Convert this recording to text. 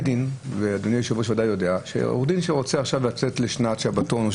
אדוני היושב-ראש ודאי יודע שעורך דין שרוצה עכשיו לצאת לשנת שבתון,